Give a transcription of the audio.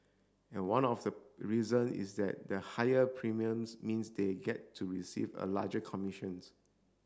and one of the reason is that the higher premiums means they get to receive a larger commissions